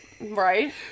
Right